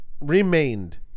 remained